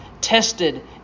tested